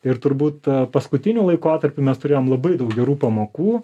ir turbūt paskutiniu laikotarpiu mes turėjom labai daug gerų pamokų